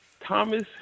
Thomas